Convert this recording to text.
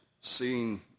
seeing